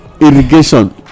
irrigation